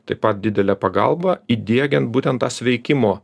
taip pat didelę pagalbą įdiegiant būtent tas veikimo